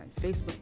Facebook